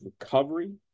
recovery